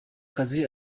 kazi